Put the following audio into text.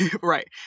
Right